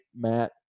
Matt